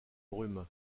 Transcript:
brume